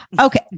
Okay